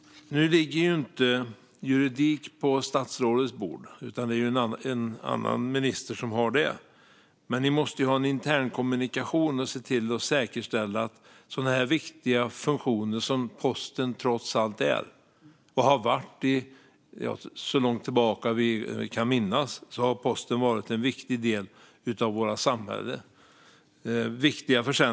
Nu ligger inte juridik på statsrådets bord, utan det är en annan minister som har det området. Men ni måste ha en internkommunikation så att ni kan säkerställa att en sådan viktig funktion som posten trots allt är fungerar och viktiga försändelser kommer fram. Så långt tillbaka som vi kan minnas har posten varit en viktig del av vårt samhälle.